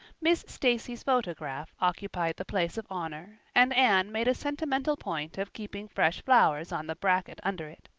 miss stacy's photograph occupied the place of honor, and anne made a sentimental point of keeping fresh flowers on the bracket under it.